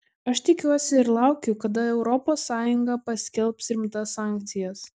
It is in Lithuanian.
aš tikiuosi ir laukiu kada europos sąjunga paskelbs rimtas sankcijas